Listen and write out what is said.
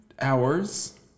hours